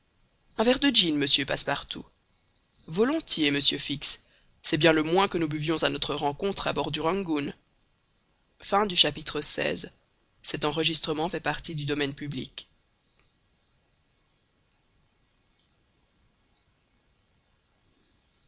un verre de gin monsieur passepartout volontiers monsieur fix c'est bien le moins que nous buvions à notre rencontre à bord du rangoon xvii